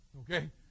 Okay